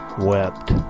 wept